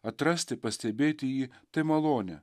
atrasti pastebėti jį tai malonė